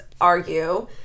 argue